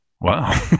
Wow